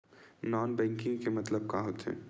Non banking के मतलब का होथे?